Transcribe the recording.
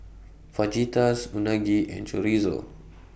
Fajitas Unagi and Chorizo